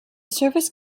service